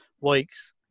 weeks